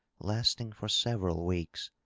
lasting for several weeks.